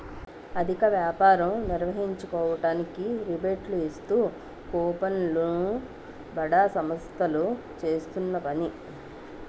అధిక వ్యాపారం నిర్వహించుకోవడానికి రిబేట్లు ఇస్తూ కూపన్లు ను బడా సంస్థలు చేస్తున్న పని